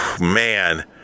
man